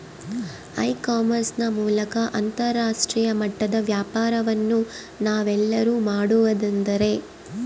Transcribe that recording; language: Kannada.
ಇ ಕಾಮರ್ಸ್ ನ ಮೂಲಕ ಅಂತರಾಷ್ಟ್ರೇಯ ಮಟ್ಟದ ವ್ಯಾಪಾರವನ್ನು ನಾವೆಲ್ಲರೂ ಮಾಡುವುದೆಂದರೆ?